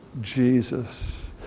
Jesus